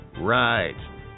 Right